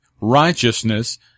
righteousness